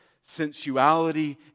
sensuality